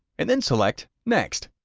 and then select next.